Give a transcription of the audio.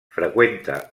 freqüenta